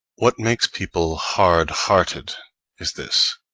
what makes people hard-hearted is this,